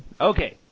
Okay